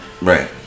Right